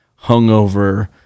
hungover